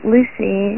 Lucy